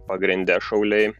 pagrinde šauliai